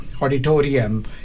Auditorium